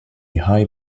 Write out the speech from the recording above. high